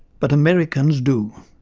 but americans do.